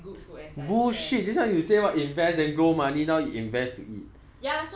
comfort and good food as I can